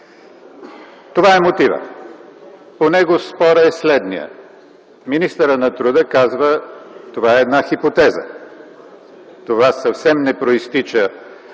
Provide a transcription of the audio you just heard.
Това е мотивът. По него спорът е следният. Министърът на труда казва: това е една хипотеза, това съвсем не произтича